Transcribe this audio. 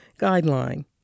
Guideline